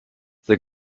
the